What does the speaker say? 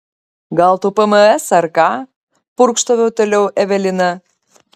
gal tau pms ar ką purkštavo toliau evelina